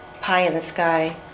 pie-in-the-sky